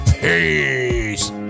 Peace